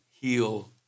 heal